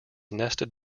nested